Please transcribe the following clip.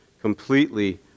completely